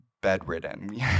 bedridden